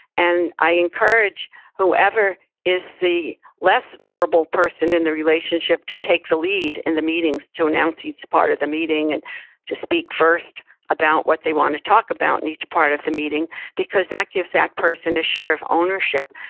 and i encourage whoever is the less verbal person in the relationship to take the lead in the meetings to announce each part of the meeting and to speak first about what they wanna talk about in each part of the meeting because that gives that person a share of ownership,